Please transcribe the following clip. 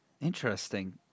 Interesting